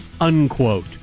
unquote